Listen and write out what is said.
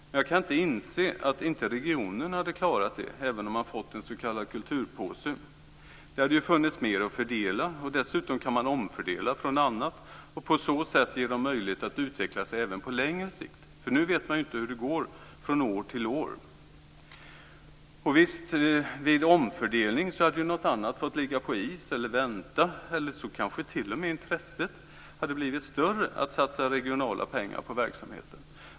Men jag kan inte inse att inte regionen hade klarat det, även om regionen hade fått en s.k. kulturpåse. Det hade funnits mer att fördela, och dessutom går det att omfördela från annat. På så sätt hade teatern haft möjlighet att utveckla sig på längre sikt. Nu vet man inte hur det går från år till år. Vid en omfördelning hade något annat fått ligga på is eller vänta, eller kanske intresset hade blivit t.o.m. större att satsa regionala pengar på verksamheten.